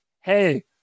hey